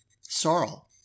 Sorrel